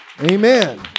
Amen